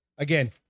Again